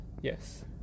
Yes